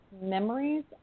memories